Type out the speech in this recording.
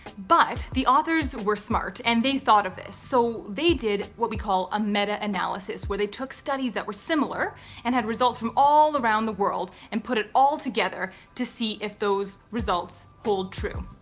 but the authors were smart and they thought of this. so they did what we call a meta analysis where they took studies that were similar and had results from all around the world and put it all together to see if those results hold true.